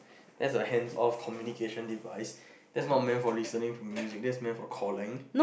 that a hand off communication device that's not main for listening to music that's main for calling